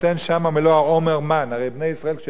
העמר מן" הרי בני ישראל כשיצאו ממצרים,